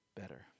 better